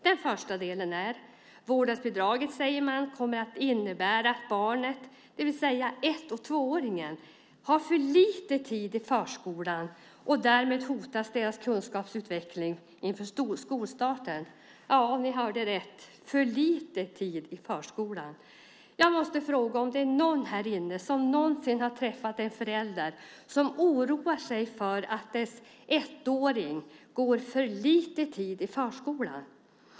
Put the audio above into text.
Den ena delen är att vårdnadsbidraget, säger man, kommer att innebära att barnet, det vill säga ett och tvååringen, har för lite tid i förskolan. Därmed hotas barnets kunskapsutveckling inför skolstarten. Ja, ni hörde rätt - "för lite tid i förskolan". Jag måste fråga om det är någon här som någonsin har träffat en förälder som oroar sig för att dess ettåring går för lite tid i förskolan.